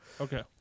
Okay